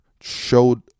showed